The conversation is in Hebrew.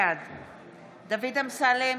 בעד דוד אמסלם,